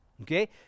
Okay